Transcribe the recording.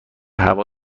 هوا